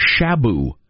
shabu